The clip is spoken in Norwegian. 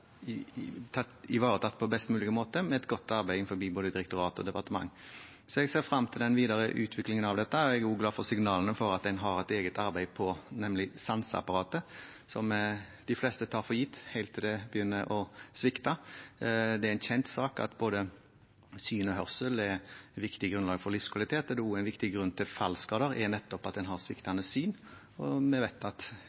ivaretatt på best mulig måte med et godt arbeid innenfor både direktorat og departement. Jeg ser frem til den videre utviklingen av dette. Jeg er også glad for signalene om at en har et eget arbeid på sanseapparatet, som de fleste tar for gitt helt til det begynner å svikte. Det er en kjent sak at både syn og hørsel er et viktig grunnlag for livskvalitet. En viktig grunn til fallskader er nettopp at en har